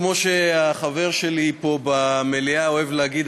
כמו שהחבר שלי פה במליאה אוהב להגיד,